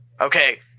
Okay